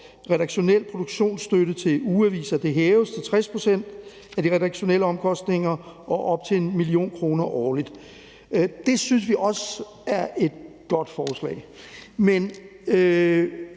redaktionel produktionsstøtte til ugeaviser – det hæves til 60 pct. af de redaktionelle omkostninger og op til 1 mio. kr. årligt. Det synes vi også er et godt forslag.